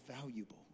valuable